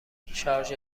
شارژ